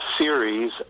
series